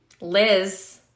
Liz